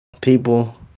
People